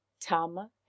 Tama